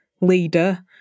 leader